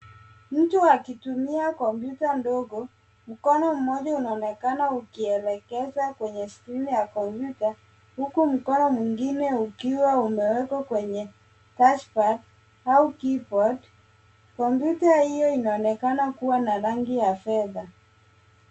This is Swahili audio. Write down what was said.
Mtu akitumia kompyuta ndogo, mkono mmoja unaonekana ukielekeza kwenye skrini ya kompyuta huku mkono mwingine ukiwa umewekwa kwenye touchpad au keyboard . Kompyuta hiyo inaonekana kuwa na rangi ya fedha.